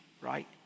right